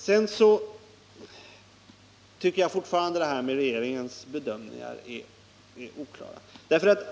Jag tycker fortfarande att regeringens bedömningar är oklara.